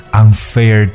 unfair